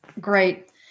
great